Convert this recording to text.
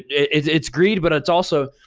it's it's greed, but it's also,